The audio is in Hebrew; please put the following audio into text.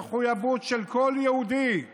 ובמחויבות של כל יהודי לירושלים,